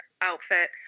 outfit